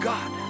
God